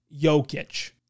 Jokic